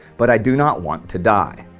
but i do not want to die.